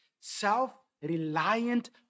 Self-reliant